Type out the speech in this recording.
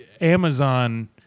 Amazon